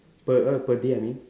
per err per day I mean